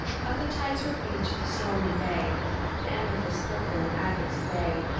of the tide-swept beach of the stormy bay with amethysts purple and agates gray,